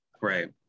Right